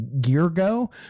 Geargo